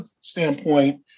standpoint